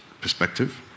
perspective